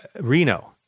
Reno